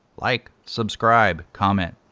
like subscribe, comment,